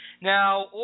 Now